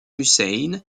hussein